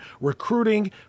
recruiting